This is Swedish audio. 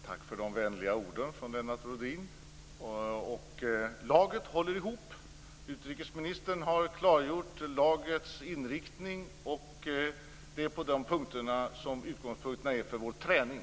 Herr talman! Tack för de vänliga orden från Lennart Rohdin. Laget håller ihop. Utrikesministern har klargjort lagets inriktning, och det är utgångspunkten för vår träning.